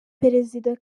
perezida